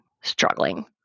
struggling